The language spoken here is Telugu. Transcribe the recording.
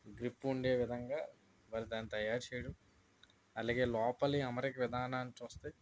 గ్రిప్పు ఉండే విధంగా వాళ్ళు దాన్ని తయారు చేయడం అలాగే లోపలి అమరిక విధానాన్ని చూస్తే